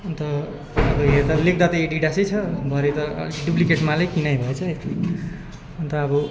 अन्त हेर्दा लेख्दा त एडिडासै छ भरे त डुप्लिकेट मालै किनाइ भएछ अन्त अब